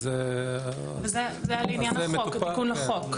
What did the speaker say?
זה היה לעניין תיקון החוק.